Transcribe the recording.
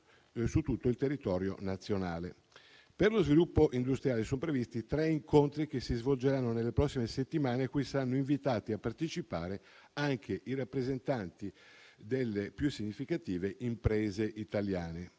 su tutto il territorio nazionale. Per lo sviluppo industriale sono previsti tre incontri, che si svolgeranno nelle prossime settimane, ai quali saranno invitati a partecipare anche i rappresentanti delle più significative imprese italiane.